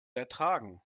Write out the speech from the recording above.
ertragen